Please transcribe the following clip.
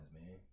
man